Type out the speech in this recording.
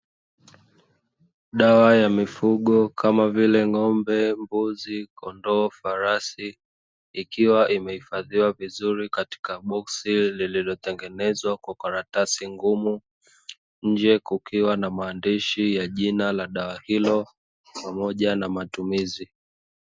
Dawa ya mifugo kama vile ng'ombe, mbuzi, kondoo, farasi ikiwa imehifadhiwa vizuri katika boksi lililotengenezwa kwa karatasi ngumu, nje kukiwa na maandishi ya jina la dawa hilo pamoja na matumizi.